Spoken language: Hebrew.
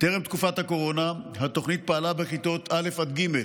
לפני תקופת הקורונה התוכנית פעלה בכיתות א' עד ג',